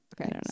Okay